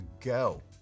go